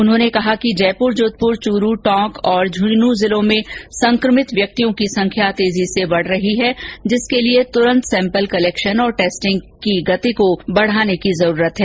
उन्होंने कहा कि जयपुर जोधपुर चूरू टोंक और झुंझुनू जिलों में सक्रमित व्यक्तियों की संख्या तेजी से बढ रही है जिसके लिए तुरंत सैम्पल कलैक्शन और टेस्टिंग की गति बढाने की जरूरत है